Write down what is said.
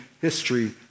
history